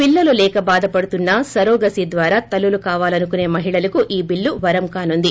పిల్లలు లేక భాధపడుతున్న సరొగసీ ద్వారా తల్లులు కావాలనుకుసే మహిళలకు ఈ బిల్లు వరం కానుంది